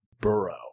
Burrow